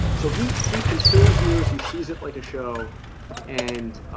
so he he consumes news he sees it like a show and